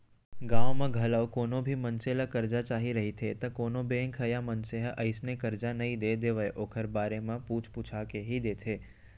गाँव म घलौ कोनो भी मनसे ल करजा चाही रहिथे त कोनो बेंक ह या मनसे ह अइसने करजा नइ दे देवय ओखर बारे म पूछ पूछा के ही देथे